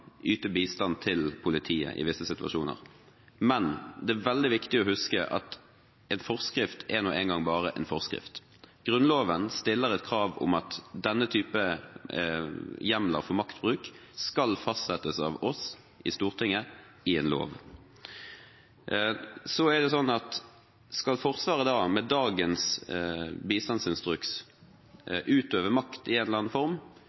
yte bistand til politiet i visse situasjoner, men det er veldig viktig å huske at en forskrift er nå engang bare en forskrift. Grunnloven stiller krav om at denne type hjemler for maktbruk skal fastsettes av oss, Stortinget, i en lov. Skal Forsvaret med dagens bistandsinstruks utøve makt i en eller annen form,